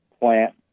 plant